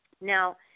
Now